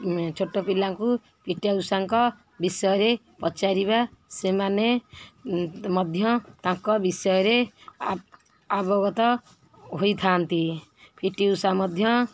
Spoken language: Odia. ଛୋଟ ପିଲାଙ୍କୁ ପି ଟି ଉଷାଙ୍କ ବିଷୟରେ ପଚାରିବା ସେମାନେ ମଧ୍ୟ ତାଙ୍କ ବିଷୟରେ ଆବଗତ ହୋଇଥାନ୍ତି ପି ଟି ଉଷା ମଧ୍ୟ